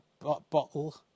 bottle